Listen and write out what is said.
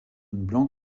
blanc